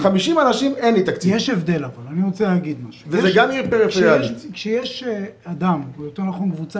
יחד עם זאת, כשאנחנו מדברים